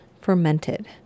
fermented